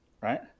right